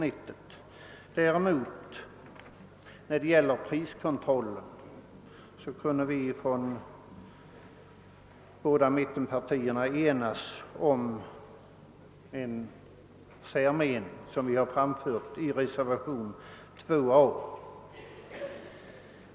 I fråga om priskontrollen har de båda mittenpartierna däremot kunnat enas om en särmening, som vi framfört i reservationen 2 a.